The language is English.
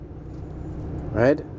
right